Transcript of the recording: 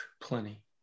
Plenty